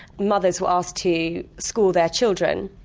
mothers were asked to score their children.